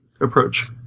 approach